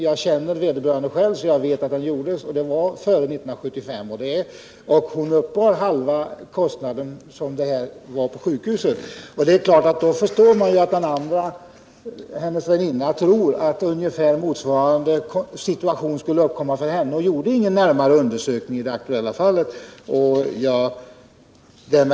Jag känner själv vederbörande patient och vet att den gjordes före 1975 och att patienten uppbar halva sjukhuskostnaden. Då kan man ju förstå att hennes väninna sedan ansåg att ungefär motsvarande situation skulle uppkomma för henne själv, varför hon inte gjorde någon närmare undersökning om sina egna kostnader i det aktuella fallet, vilket var beklagligt.